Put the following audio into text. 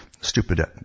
Stupid